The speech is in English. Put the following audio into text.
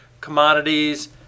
commodities